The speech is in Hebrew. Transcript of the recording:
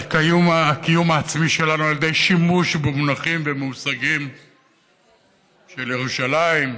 את הקיום העצמי שלנו על ידי שימוש במונחים ובמושגים של ירושלים,